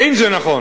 אין זה נכון